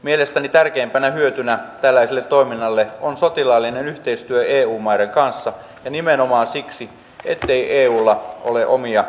mielestäni tärkeimpänä hyötynä tällaiselle toiminnalle on sotilaallinen yhteistyö eu maiden kanssa ja nimenomaan siksi ettei eulla ole omia asevoimia